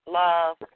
love